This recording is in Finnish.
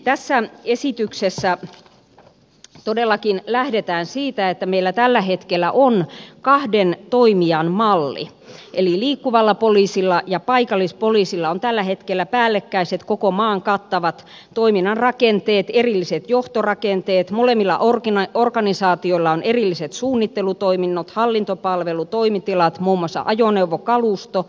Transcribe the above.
tässä esityksessä todellakin lähdetään siitä että meillä tällä hetkellä on kahden toimijan malli eli liikkuvalla poliisilla ja paikallispoliisilla on tällä hetkellä päällekkäiset koko maan kattavat toiminnan rakenteet erilliset johtorakenteet molemmilla organisaatioilla on erilliset suunnittelutoiminnot hallintopalvelu toimitilat muun muassa ajoneuvokalusto